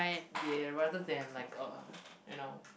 ya rather than like a you know